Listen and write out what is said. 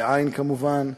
בעי"ן, כמובן,